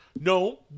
No